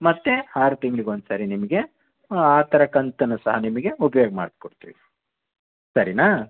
ಮತ್ತೆ ಆರು ತಿಂಗ್ಳಿಗೆ ಒಂದು ಸರಿ ನಿಮಗೆ ಆ ಥರ ಕಂತನ್ನು ಸಹ ನಿಮಗೆ ಉಪ್ಯೋಗ ಮಾಡ್ಕೊಡ್ತೀವಿ ಸರಿನಾ